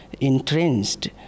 entrenched